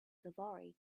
safari